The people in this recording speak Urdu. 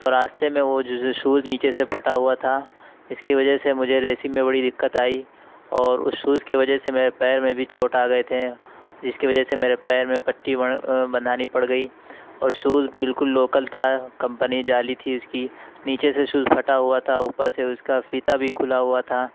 تو راستے میں وہ جو شوز نیچے سے پھٹا ہُوا تھا جس کی وجہ سے مجھے ریسنگ میں بڑی دقت آئی اور اُس شوز کی وجہ سے میرے پیر میں بھی چوٹ آگیے تھے جس کی وجہ سے میرے پیر میں پٹّی بندھانی پڑ گئی اور شوز بالکل لوکل تھا کمپنی جعلی تھی اُس کی نیچے سے شوز پھٹا ہُوا تھا اُوپر سے اُس کا پھیتا بھی کُھلا ہُوا تھا